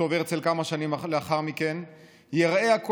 יכתוב הרצל כמה שנים לאחר מכן,